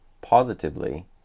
positively